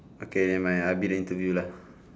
okay never mind I'll be the interview lah